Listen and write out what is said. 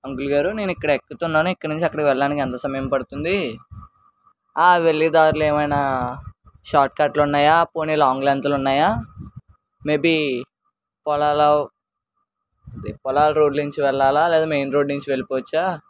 అంకుల్గారు నేను ఇక్కడ ఎక్కుతున్నాను ఇక్కడినుంచి అక్కడికి వెళ్ళడానికి ఎంత సమయం పడుతుంది ఆ వెళ్ళేదారిలో ఏమైనా షార్ట్కట్లు ఉన్నాయా పోనీ లాంగ్లెంగ్త్లు ఉన్నాయా మేబీ పొలాలు పొలాల రోడ్డులో నుంచి వెళ్ళాలా లేదా మైన్ రోడ్డులో నుంచి వెళ్ళిపోవచ్చా